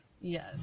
Yes